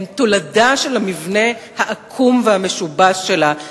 הם תולדה של המבנה העקום והמשובש שלה.